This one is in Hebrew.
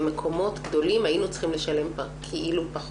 במקומות גדולים היינו צריכים לשלם פחות.